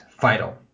vital